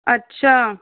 अच्छा